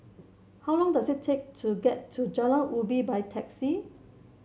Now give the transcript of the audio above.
how long does it take to get to Jalan Ubi by taxi